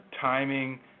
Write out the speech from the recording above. timing